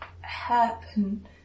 happen